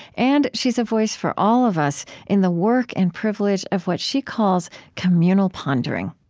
and she's a voice for all of us in the work and privilege of what she calls communal pondering.